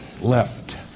left